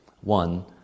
One